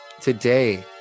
Today